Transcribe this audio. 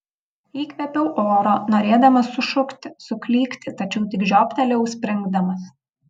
įkvėpiau oro norėdamas sušukti suklykti tačiau tik žioptelėjau springdamas